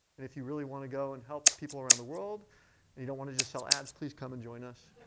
and if you really want to go and help people around the world, and you don't want to just sell ads, please come and join us.